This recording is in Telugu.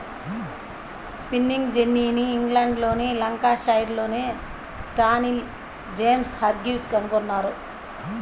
స్పిన్నింగ్ జెన్నీని ఇంగ్లండ్లోని లంకాషైర్లోని స్టాన్హిల్ జేమ్స్ హార్గ్రీవ్స్ కనుగొన్నారు